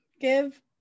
Give